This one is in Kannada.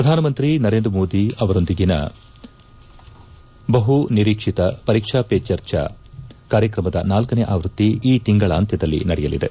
ಪ್ರಧಾನಮಂತ್ರಿ ನರೇಂದ್ರ ಮೋದಿ ಅವರೊಂದಿಗಿನ ಬಹು ನಿರೀಕ್ಷಿತ ಪರೀಕ್ಷಾ ಪೇ ಚರ್ಚಾ ಕಾರ್ಯಕ್ರಮದ ನಾಲ್ಕನೇ ಆವೃತ್ತಿ ಈ ತಿಂಗಳಾಂತ್ಕದಲ್ಲಿ ನಡೆಯಲಿದೆ